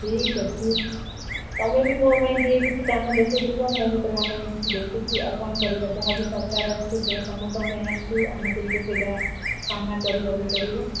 ଠିକ୍ ଅଛି ତମେ ବି ମୋ ପାଇଁ ଟିକେ କିଛି କାମ ଦେଖୁଥିବ ମୁଁ ବି ତମ ପାଇଁ କିଛି ଦେଖୁଛି ଆଉ କ'ଣ କରିବା ଯାହା ବି ସରକାର ଆସୁଛି ସେଇଟା ସମସ୍ତଙ୍କ ପାଇଁ ଆସୁଛି ଆମକୁ ବି ତ ସେଇଟା ସାମ୍ନା କରିବାକୁ ପଡ଼ିବ